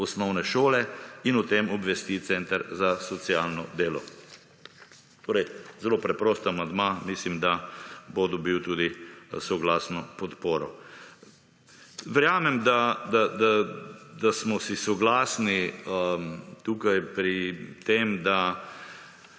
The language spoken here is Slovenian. osnovne šole in o tem obvesti center za socialno delo. Torej, zelo preprost amandma, mislim, da bo dobil tudi soglasno podpro. Verjamem, da smo si soglasni tukaj pri trditvi,